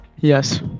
Yes